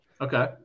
okay